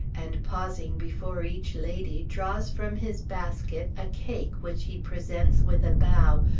and pausing before each lady, draws from his basket a cake which he presents with a bow,